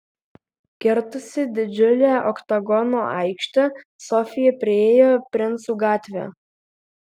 kirtusi didžiulę oktagono aikštę sofija priėjo princų gatvę